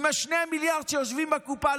עם ה-2 מיליארד שיושבים בקופה.